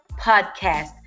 Podcast